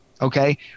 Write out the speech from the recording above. Okay